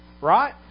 Right